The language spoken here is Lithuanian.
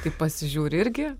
tai pasižiūri irgi